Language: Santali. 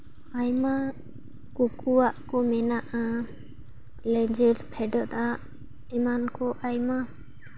ᱟᱭᱢᱟ ᱠᱩᱠᱩᱣᱟᱜ ᱠᱚ ᱢᱮᱱᱟᱜᱼᱟ ᱞᱮᱸᱧᱡᱮᱨ ᱯᱷᱮᱰᱚᱜᱼᱟ ᱮᱢᱟᱱ ᱠᱚ ᱟᱭᱢᱟ